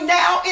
now